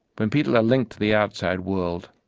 when people are linked to the outside world,